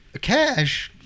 Cash